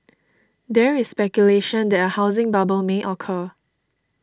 there is speculation that a housing bubble may occur